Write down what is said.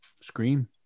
Screen